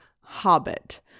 hobbit